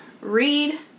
read